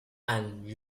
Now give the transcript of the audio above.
and